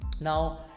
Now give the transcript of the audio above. Now